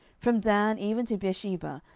from dan even to beersheba,